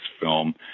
film